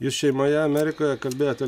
jūs šeimoje amerikoje kalbėjote